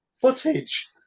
footage